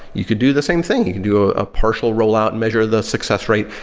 you could do the same thing. you can do a ah partial rollout and measure the success rate.